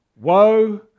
woe